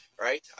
Right